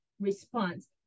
response